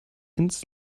ins